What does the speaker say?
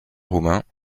roumains